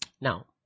Now